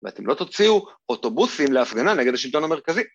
ואתם לא תוציאו אוטובוסים להפגנה נגד השלטון המרכזי.